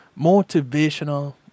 motivational